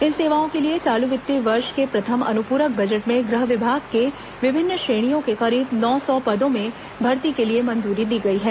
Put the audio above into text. इन सेवाओं के लिए चालू वित्तीय वर्ष के प्रथम अनुपूरक बजट में गृह विभाग को विभिन्न श्रेणियों के करीब नौ सौ पदों में भर्ती के लिए मंजूरी दी गई है